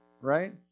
Right